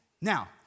Now